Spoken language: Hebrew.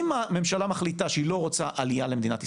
אם הממשלה מחליטה שהיא לא רוצה עלייה למדינת ישראל,